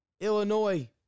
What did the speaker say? Illinois